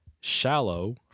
Shallow